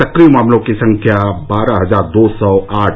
सक्रिय मामलों की संख्या बारह हजार दो सौ आठ